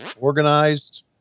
organized